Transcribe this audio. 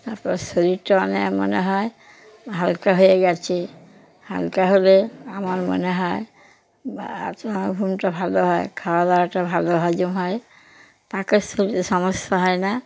তারপর শরীরটা অনেক মনে হয় হালকা হয়ে গিয়েছে হালকা হলে আমার মনে হয় ঘুমটা ভালো হয় খাওয়া দাওয়াটা ভালো হজম হয় পাকস্থলীতে সমস্যা হয় না